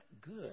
good